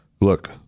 look